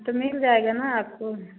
तो मिल जाएगा ना आपको